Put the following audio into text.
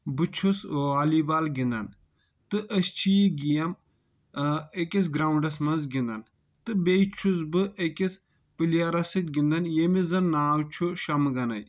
بہٕ چھُس volleyball گنٛدان تہٕ أسۍ چھِ یہِ گیم اۭں أکِس گراونٛڈس منٛز گنٛدان تہٕ بییٚہِ چھُس بہٕ أکِس پٕلیرس سۭتۍ گنٛدان ییٚمِس زن ناو چھُ شمہٕ گنے